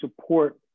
support